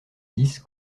dix